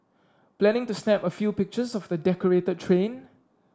planning to snap a few pictures of the decorated train